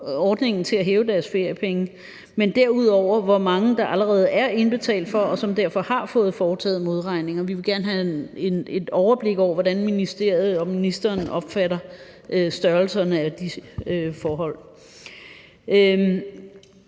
ordningen til at hæve deres feriepenge, og derudover for det andet, hvor mange der allerede er indbetalt for, og som derfor har fået foretaget modregning. Vi vil gerne have et overblik over, hvordan ministeriet og ministeren opfatter størrelserne af disse forhold.